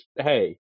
hey